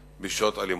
רצוני לשאול: